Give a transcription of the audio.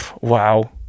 wow